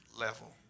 level